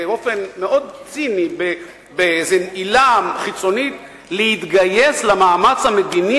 באופן מאוד ציני באיזו עילה חיצונית להתגייס למאמץ המדיני